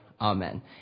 amen